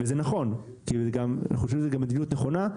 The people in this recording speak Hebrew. וזה נכון; אני חושב שזו מדיניות נכונה,